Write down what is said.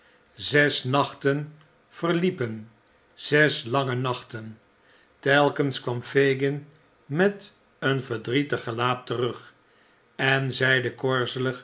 zes nachten verliepen zes lange nachten telkens kwam fagin met een verdrietig gelaat terug en zeide korzelig dat de